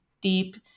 deep